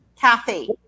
Kathy